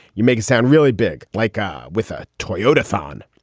you make a sound really big like ah with a toyota fan.